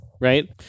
right